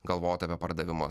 galvoti apie pardavimus